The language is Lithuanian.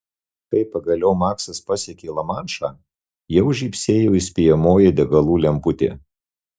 kai pagaliau maksas pasiekė lamanšą jau žybsėjo įspėjamoji degalų lemputė